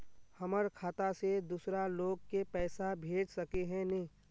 हमर खाता से दूसरा लोग के पैसा भेज सके है ने?